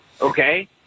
okay